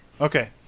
Okay